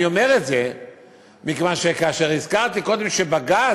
אני אומר את זה מכיוון שכאשר הזכרתי קודם שבג"ץ